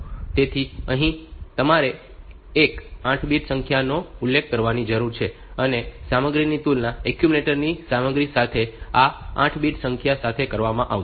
તેથી અહીં તમારે એક 8 બીટ સંખ્યાનો ઉલ્લેખ કરવાની જરૂર છે અને સામગ્રીની તુલના એક્યુમ્યુલેટરની સામગ્રી સાથે આ 8 બીટ સંખ્યા સાથે કરવામાં આવશે